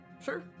sure